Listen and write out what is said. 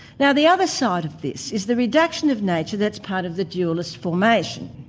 now the other side of this is the reduction of nature that's part of the dualist formation.